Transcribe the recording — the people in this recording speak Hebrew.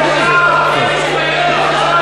בסדר.